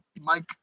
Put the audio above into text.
Mike